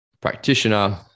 practitioner